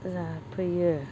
जाफैयो